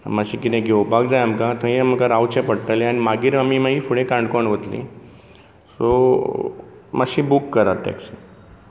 मातशे कितें घेवपाक जाय आमकां थंय आमकां रावचें पडटलें आनी मागीर आमी मागीर फुडें काणकोण वतलीं सो मातशी बूक करात टॅक्सी